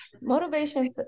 motivation